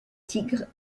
tigres